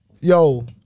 yo